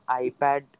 iPad